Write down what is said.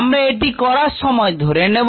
আমরা এটি করার সময় ধরে নেব